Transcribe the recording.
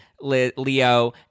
Leo